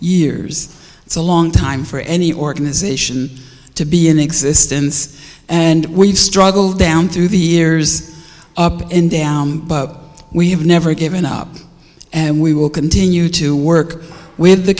years it's a long time for any organization to be in existence and we struggled down through the years up and down but we have never given up and we will continue to work with the